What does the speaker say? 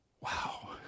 Wow